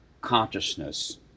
consciousness